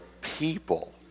people